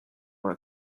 were